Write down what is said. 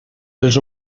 els